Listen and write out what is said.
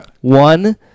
One